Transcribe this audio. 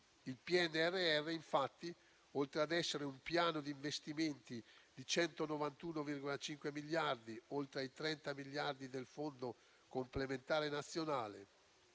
Il PNRR, oltre ad essere un piano di investimenti da 191,5 miliardi, cui si sommano i 30 miliardi del Fondo complementare nazionale,